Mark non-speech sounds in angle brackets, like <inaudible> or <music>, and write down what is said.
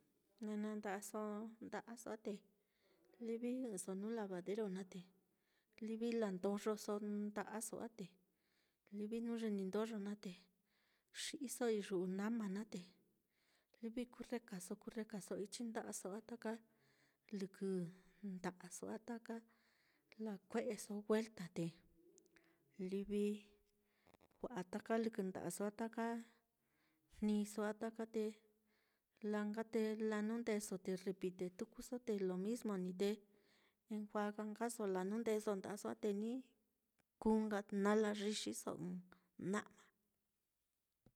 Naá na nda'aso á, ti livi jɨ'ɨso nuu lavadero naá, livi landoyoso nda'aso á, te livi jnu ye ni ndoyo naá te xi'iso iyu'u nama naá, te livi kurrekaso, kurrekaso ichi nda'aso á, taka lɨkɨ nda'aso á, taka lakue'eso welta, te livi wa'a taka lɨkɨ <noise> nda'aso á, taka jniso á taka, te laa nka te lajnundeso, te repite tukuso, te lo nismo ní, te enjuaga nkaso lajnundeso nda'aso á, te ni kuu nka, te nala yixiso ɨ́ɨ́n na'ma